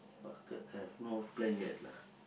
bucket have no plan yet lah